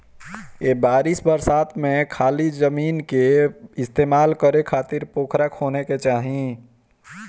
ए बरिस बरसात में खाली जमीन के इस्तेमाल करे खातिर पोखरा खोने के चाही